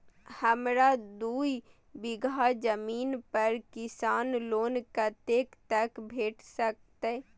हमरा दूय बीगहा जमीन पर किसान लोन कतेक तक भेट सकतै?